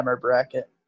bracket